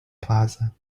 plaza